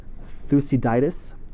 Thucydides